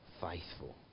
faithful